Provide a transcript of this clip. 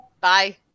bye